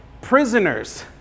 prisoners